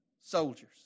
Soldiers